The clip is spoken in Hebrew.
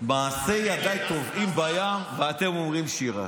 מעשי ידיי טובעים בים ואתם אומרים שירה?